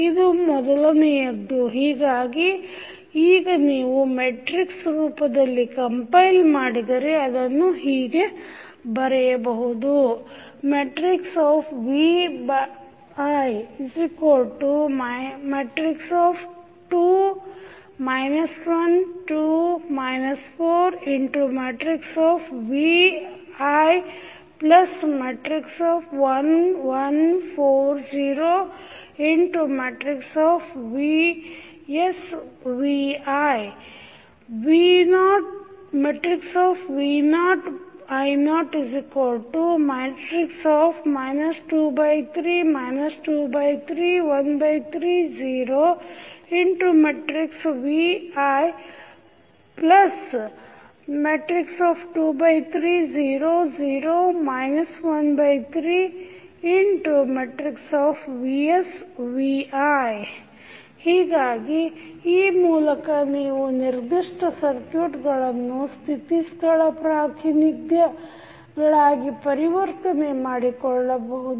ಇದು ಮೊದಲನೆಯದು ಹೀಗಾಗಿ ಈಗ ನೀವು ಮೆಟ್ರಿಕ್ಸ್ ರೂಪದಲ್ಲಿ ಕಂಪೈಲ್ ಮಾಡಿದರೆ ಅದನ್ನು ಹೀಗೆ ಬರೆಯಬಹುದು ಹೀಗಾಗಿ ಈ ಮೂಲಕ ನೀವು ನಿರ್ದಿಷ್ಟ ಸರ್ಕ್ಯೂಟ್ಗಳನ್ನು ಸ್ಥಿತಿ ಸ್ಥಳ ಪ್ರಾತಿನಿಧ್ಯ ಗಳಾಗಿ ಪರಿವರ್ತನೆ ಮಾಡಬಹುದು